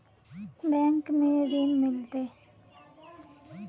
Bank में ऋण मिलते?